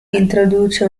introduce